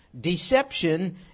Deception